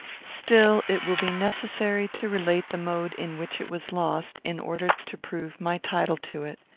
still, it will be necessary to relate the mode in which it was lost in order to prove my title to it.